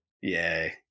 Yay